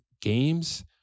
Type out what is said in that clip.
games